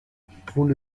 vous